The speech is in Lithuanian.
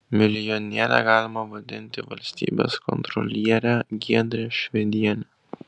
milijoniere galima vadinti valstybės kontrolierę giedrę švedienę